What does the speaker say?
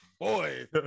Boy